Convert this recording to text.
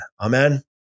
Amen